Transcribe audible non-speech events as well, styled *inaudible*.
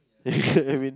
*laughs* I mean